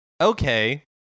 Okay